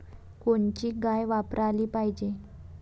कोनची गाय वापराली पाहिजे?